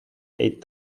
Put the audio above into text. eight